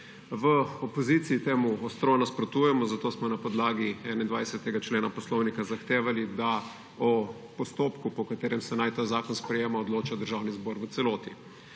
V opoziciji temu ostro nasprotujemo, zato smo na podlagi 21. člena Poslovnika zahtevali, da o postopku, po katerem se naj ta zakon sprejema, odloča Državni zbor v celoti.